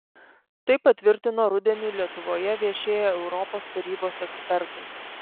tai patvirtino rudenį lietuvoje viešėję europos tarybos ekspertai